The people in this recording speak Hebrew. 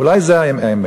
אולי זו האמת.